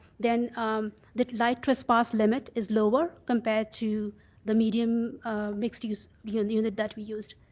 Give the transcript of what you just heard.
then the light trespass limit is lower compared to the medium mixed use unit that that we used.